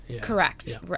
correct